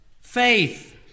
faith